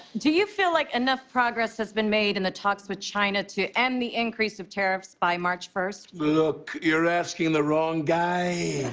do you feel like enough progress has been made in the talks with china to end the increase of tariffs by march first? look, you are asking the wrong guy.